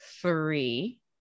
three